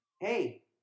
hey